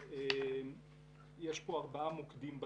שבדוח הזה יש ארבעה מוקדים: